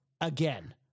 again